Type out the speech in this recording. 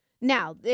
Now-